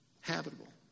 habitable